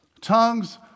Tongues